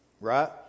right